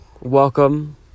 welcome